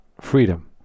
freedom